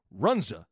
runza